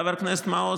חבר הכנסת מעוז,